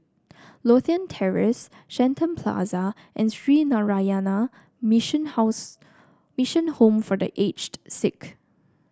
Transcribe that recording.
Lothian Terrace Shenton Plaza and Sree Narayana Mission house Mission Home for The Aged Sick